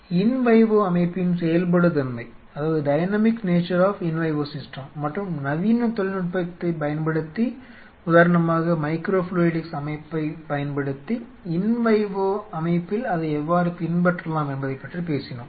இன் vivo அமைப்பின் செயல்படு தன்மை மற்றும் நவீன தொழில்நுட்பத்தைப் பயன்படுத்தி உதாரணமாக மைக்ரோ ஃப்ளூயிடிக்ஸ் அமைப்பைப் பயன்படுத்தி இன் வைவோ அமைப்பில் அதை எவ்வாறு பின்பற்றலாம் என்பதைப் பற்றி பேசினோம்